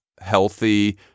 healthy